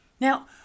Now